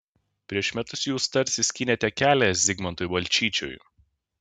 prieš metus jūs tarsi skynėte kelią zigmantui balčyčiui